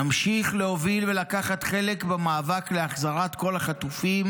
נמשיך להוביל ולקחת חלק במאבק להחזרת כל החטופים,